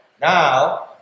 now